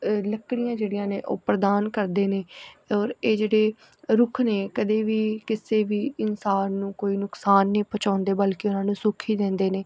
ਲੱਕੜੀਆਂ ਜਿਹੜੀਆਂ ਨੇ ਉਹ ਪ੍ਰਦਾਨ ਕਰਦੇ ਨੇ ਔਰ ਇਹ ਜਿਹੜੇ ਰੁੱਖ ਨੇ ਕਦੇ ਵੀ ਕਿਸੇ ਵੀ ਇਨਸਾਨ ਨੂੰ ਕੋਈ ਨੁਕਸਾਨ ਨਹੀਂ ਪਹੁੰਚਾਉਂਦੇ ਬਲਕਿ ਉਹਨਾਂ ਨੂੰ ਸੁੱਖ ਹੀ ਦਿੰਦੇ ਨੇ